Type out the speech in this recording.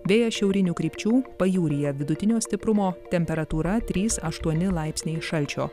vėjas šiaurinių krypčių pajūryje vidutinio stiprumo temperatūra trys aštuoni laipsniai šalčio